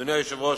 אדוני היושב-ראש,